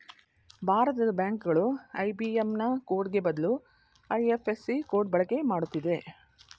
ಭಾರತದ ಬ್ಯಾಂಕ್ ಗಳು ಐ.ಬಿ.ಎಂ.ಎನ್ ಕೋಡ್ಗೆ ಬದಲು ಐ.ಎಫ್.ಎಸ್.ಸಿ ಕೋಡ್ ಬಳಕೆ ಮಾಡುತ್ತಿದೆ